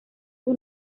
sus